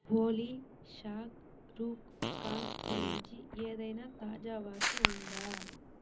ఓలీ షాహ్ రూఖ్ ఖాన్ గురించి ఏదైనా తాజా వార్త ఉందా